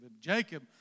Jacob